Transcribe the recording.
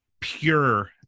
pure